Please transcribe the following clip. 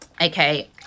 Okay